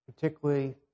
particularly